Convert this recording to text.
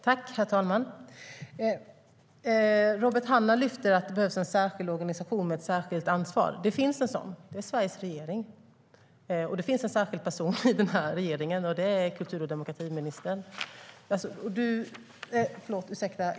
Herr talman! Robert Hannah lyfter fram att det behövs en särskild organisation med ett särskilt ansvar. Det finns en sådan. Det är Sveriges regering. Och det finns en särskild person i denna regering, och det är kultur och demokratiministern.